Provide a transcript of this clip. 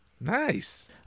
Nice